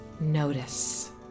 Notice